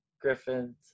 Griffin's